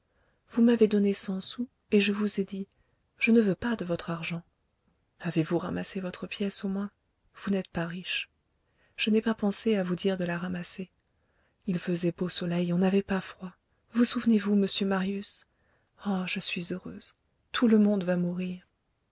vous m'avez donné cent sous et je vous ai dit je ne veux pas de votre argent avez-vous ramassé votre pièce au moins vous n'êtes pas riche je n'ai pas pensé à vous dire de la ramasser il faisait beau soleil on n'avait pas froid vous souvenez-vous monsieur marius oh je suis heureuse tout le monde va mourir